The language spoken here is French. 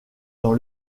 dans